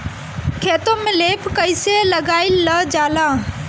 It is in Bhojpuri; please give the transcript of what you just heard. खेतो में लेप कईसे लगाई ल जाला?